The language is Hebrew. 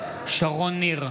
שרון ניר,